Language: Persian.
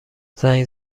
زنگ